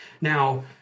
Now